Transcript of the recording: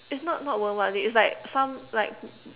it's not not won't want it it's like some like